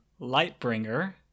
Lightbringer